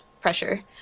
pressure